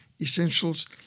essentials